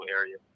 area